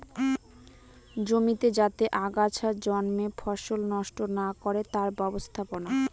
জমিতে যাতে আগাছা জন্মে ফসল নষ্ট না করে তার ব্যবস্থাপনা